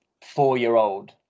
four-year-old